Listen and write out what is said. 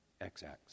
XX